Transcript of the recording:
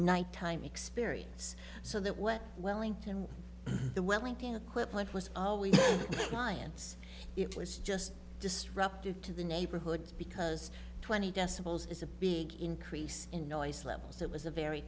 nighttime experience so that what wellington the wellington equipment was always clients it was just disruptive to the neighborhood because twenty decibels is a big increase in noise levels it was a very